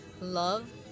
love